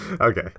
Okay